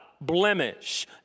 blemish